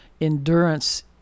endurance